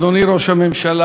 אדוני ראש הממשלה,